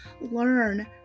learn